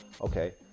Okay